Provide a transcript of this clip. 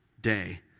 day